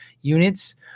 units